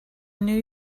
new